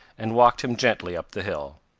and walked him gently up the hill.